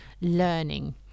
learning